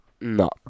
No